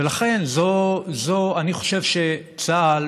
ולכן, אני חושב שצה"ל